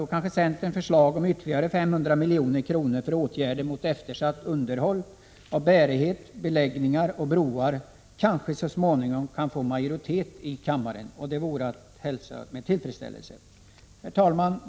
Då kanske centerns förslag om ytterligare 500 milj.kr. till åtgärder för att råda bot på eftersatt underhåll i fråga om bärighet, beläggningar och broar kanske så småningom kan få majoritet i kammaren. Det vore att hälsa med tillfredsställelse. Herr talman!